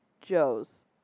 Joes